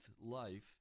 life